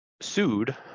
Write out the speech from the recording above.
sued